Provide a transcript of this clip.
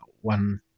one